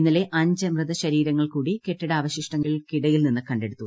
ഇന്നലെ അഞ്ച് മൃത ശരീരങ്ങൾ കൂടി കെട്ടിട അവശിഷ്ടങ്ങൾക്കിടയിൽ നിന്ന് കണ്ടെടുത്തു